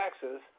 taxes